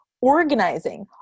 organizing